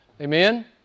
Amen